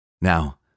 Now